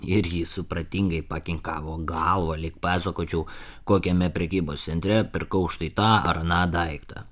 ir ji supratingai pakinkavo galvą lyg pasakočiau kokiame prekybos centre pirkau štai tą ar aną daiktą